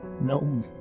no